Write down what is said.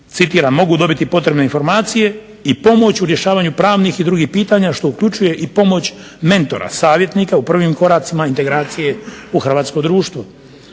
citiram: "mogu dobiti potrebne informacije i pomoć u rješavanju pravnih i drugih pitanja što uključuje i pomoć mentora, savjetnika u prvim koracima integracije u hrvatsko društvo".